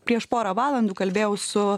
prieš pora valandų kalbėjau su